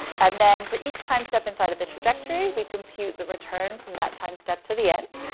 and then for each time step inside of the trajectory we compute the return from that time step to the end.